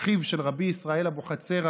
ואחיו של רבי ישראל אבוחצירא,